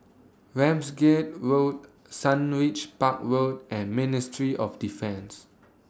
Ramsgate Road Sundridge Park Road and Ministry of Defence